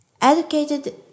educated